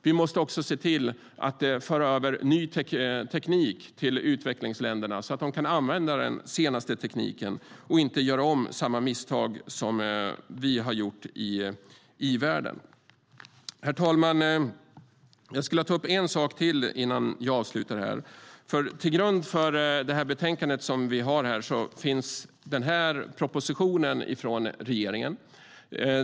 Vi måste också se till att föra över ny teknik till utvecklingsländerna så att de kan använda den senaste tekniken och inte göra om samma misstag som vi i i-världen har gjort. Herr talman! Jag skulle vilja ta upp en sak till innan jag avslutar. Till grund för betänkandet ligger en proposition från regeringen.